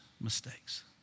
mistakes